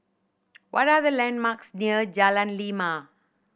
what are the landmarks near Jalan Lima